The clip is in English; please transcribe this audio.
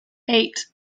eight